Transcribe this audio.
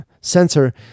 sensor